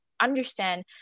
understand